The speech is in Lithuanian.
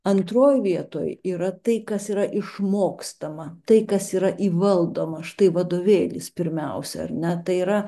antroj vietoj yra tai kas yra išmokstama tai kas yra įvaldoma štai vadovėlis pirmiausia ar ne tai yra